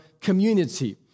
community